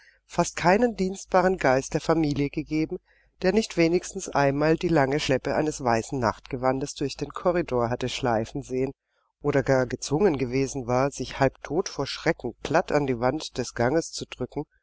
fast keinen dienstbaren geist der familie gegeben der nicht wenigstens einmal die lange schleppe eines weißen nachtgewandes durch den korridor hätte schleifen sehen oder gar gezwungen gewesen war sich halbtot vor schrecken platt an die wand des ganges zu drücken